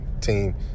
team